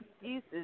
excuses